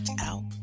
out